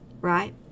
Right